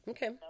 Okay